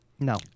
no